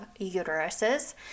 uteruses